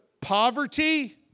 poverty